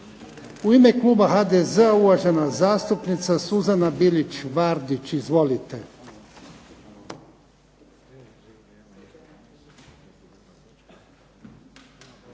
U ime kluba HDZ-a uvažena zastupnica Suzana Bilić Vardić. Izvolite.